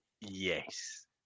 Yes